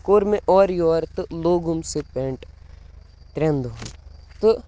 کوٚر مےٚ اورٕ یورٕ تہٕ لوگُم سُہ پٮ۪نٛٹ ترٛٮ۪ن دۄہَن تہٕ